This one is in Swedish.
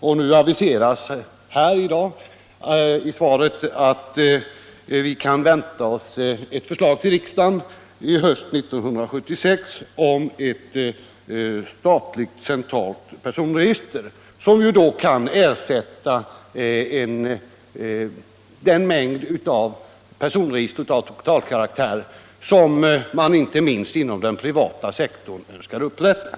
I justitieministerns svar i dag aviseras att vi i höst kan vänta ett förslag till riksdagen om ett centralt statligt personregister, som då kommer att ersätta den mängd av personregister av totalkaraktär som man inte minst inom den privata sektorn velat upprätta.